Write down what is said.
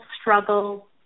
struggle